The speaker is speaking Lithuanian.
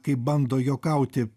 kaip bando juokauti